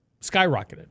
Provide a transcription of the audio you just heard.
skyrocketed